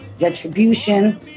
retribution